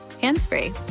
hands-free